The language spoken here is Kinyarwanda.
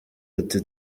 ati